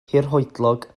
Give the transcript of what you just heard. hirhoedlog